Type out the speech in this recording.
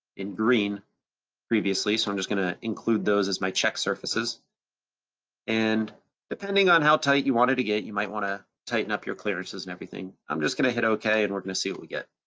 in green previously, so i'm just gonna include those as my check surfaces and depending on how tight you want it to get, you might wanna tighten up your clearances and everything. i'm just gonna hit okay, and we're gonna see what we get.